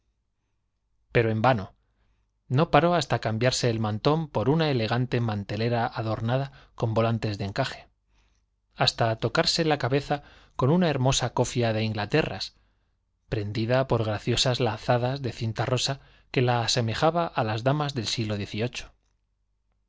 pero en vano no paró manteleta ador cambiarse el mantón por una elegante volantes de hasta tocarse la cabeza nada con encaje con una hermosa éofia de inglaterra s prendida por graciosas lazadas de cinta rosa que la asemejaba a las damas del siglo